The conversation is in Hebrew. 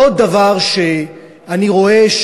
ועוד דבר שאני רואה,